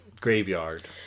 graveyard